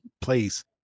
place